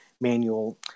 manual